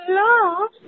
love